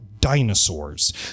dinosaurs